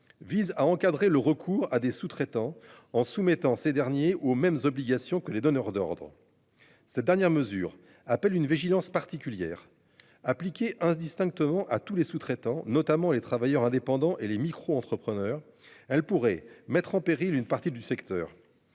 vise à encadrer le recours à des sous-traitants en soumettant ces derniers aux mêmes obligations que les donneurs d'ordres. Cette dernière mesure appellent une vigilance particulière appliquer indistinctement à tous les sous-traitants notamment les travailleurs indépendants et les micro-entrepreneurs, elle pourrait mettre en péril une partie du secteur.